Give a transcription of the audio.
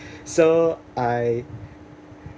so I